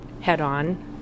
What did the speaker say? head-on